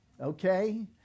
okay